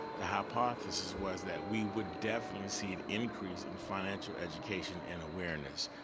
the hypothesis was that we would definitely see an increase in financial education and awareness.